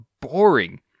boring